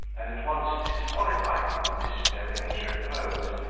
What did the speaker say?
and at once disqualify him from disturbing his repose,